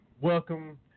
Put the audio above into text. welcome